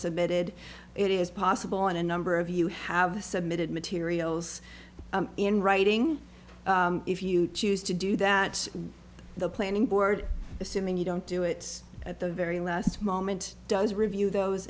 submitted it is possible on a number of you have submitted materials in writing if you choose to do that the planning board assuming you don't do it at the very last moment does review those